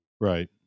Right